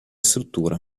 struttura